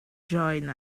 join